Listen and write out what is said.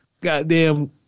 goddamn